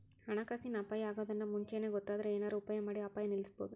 ಹಣಕಾಸಿನ್ ಅಪಾಯಾ ಅಗೊದನ್ನ ಮುಂಚೇನ ಗೊತ್ತಾದ್ರ ಏನರ ಉಪಾಯಮಾಡಿ ಅಪಾಯ ನಿಲ್ಲಸ್ಬೊದು